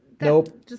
Nope